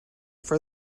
for